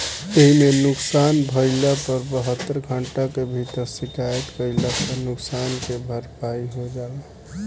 एइमे नुकसान भइला पर बहत्तर घंटा के भीतर शिकायत कईला पर नुकसान के भरपाई हो जाला